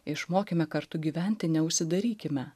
išmokime kartu gyventi neužsidarykime